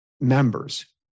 members